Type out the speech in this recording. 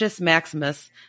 Maximus